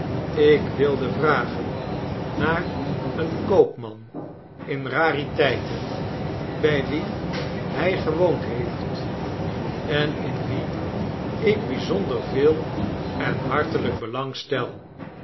ik wilde vragen naar een koopman in rariteiten bij wien hij gewoond heeft en in wien ik bijzonder veel en hartelijk